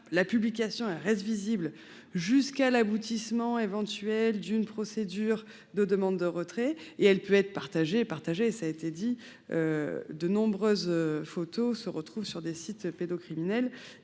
la publication reste visible jusqu'à l'aboutissement éventuel d'une procédure de demande de retrait et elle peut être partagée. Cela a été dit, de nombreuses photos se retrouvent ainsi sur des sites pédocriminels